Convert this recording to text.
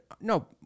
no